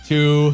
Two